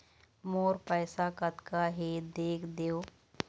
मोर पैसा कतका हे देख देव?